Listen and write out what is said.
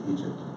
Egypt